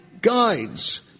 guides